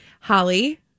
Holly